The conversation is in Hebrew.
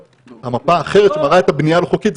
המפה האחרת מראה את הבנייה הלא חוקית,